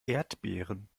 erdbeeren